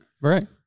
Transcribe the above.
Right